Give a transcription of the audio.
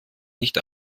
nicht